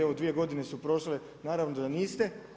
Evo dvije godine su prošle, naravno da niste.